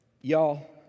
Y'all